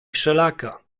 wszelaka